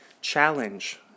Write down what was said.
Challenge